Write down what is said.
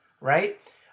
Right